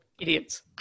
idiots